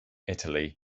italy